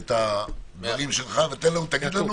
את הדברים שלך, ותגיד לנו